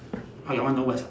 orh your one no words ah